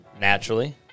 Naturally